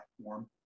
platform